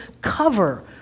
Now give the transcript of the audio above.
cover